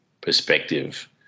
perspective